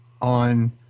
on